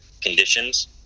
conditions